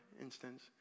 instance